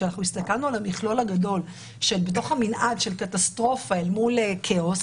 כשהסתכלנו על המכלול הגדול שבתוך המנעד של קטסטרופה אל מול כאוס,